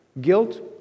Guilt